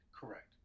Correct